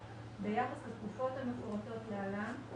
ביחס לתקופות המפורטות להלן.